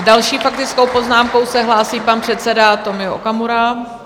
Další s faktickou poznámkou se hlásí pan předseda Tomio Okamura.